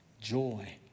joy